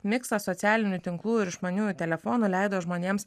miksas socialinių tinklų ir išmaniųjų telefonų leido žmonėms